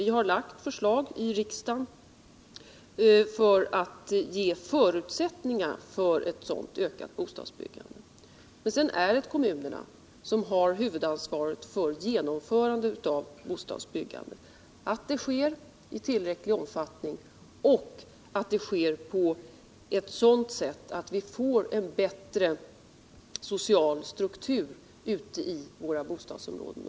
Vi har framlagt förslag i riksdagen för att ge förutsättningar för ett sådant ökat bostadsbyggande, men sedan är det kommunerna som har huvudansvaret för att det genomförs i tillräcklig omfattning och på sådant sätt att vi får en bättre social struktur i våra bostadsområden.